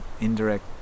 indirect